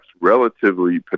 relatively